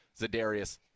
Zadarius